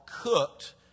cooked